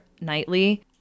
nightly